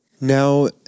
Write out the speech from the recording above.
Now